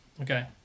Okay